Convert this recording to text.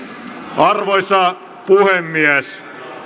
arvoisa puhemies